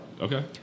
Okay